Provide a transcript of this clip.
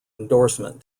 endorsement